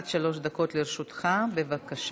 עד שלוש דקות לרשותך, בבקשה.